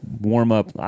warm-up